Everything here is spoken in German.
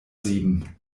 sieben